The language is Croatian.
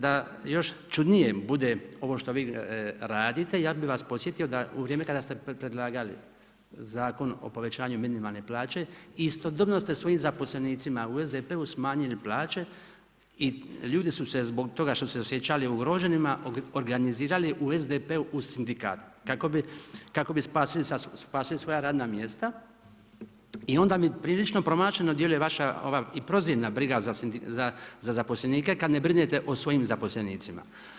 Da još čudnije bude ovo što vi radite, ja bi vas podsjetio da u vrijem kada ste predlagali Zakon o povećanju minimalne plaće, istodobno ste dvojim zaposlenicima u SDP-u smanjili plaće i ljudi su se zbog toga što su se osjećali ugroženima, organizirali u SDP-u u sindikat kako bi spasili svoja radna mjesta i onda mi prilično promašeno djeluje vaša i prozirna briga za zaposlenike kad ne brinete o svojim zaposlenicima.